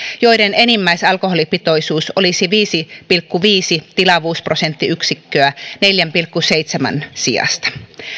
joiden enimmäisalkoholipitoisuus olisi viisi pilkku viisi tilavuusprosenttiyksikköä neljän pilkku seitsemän sijasta